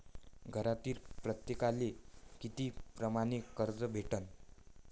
घरातील प्रत्येकाले किती परमाने कर्ज भेटन?